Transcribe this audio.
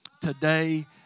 today